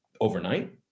overnight